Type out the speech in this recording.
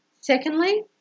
Secondly